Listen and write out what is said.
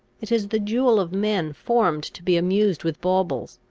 it is the jewel of men formed to be amused with baubles.